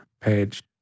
page